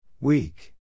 Weak